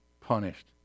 punished